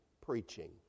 preaching